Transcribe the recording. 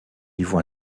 niveau